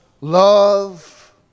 love